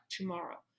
tomorrow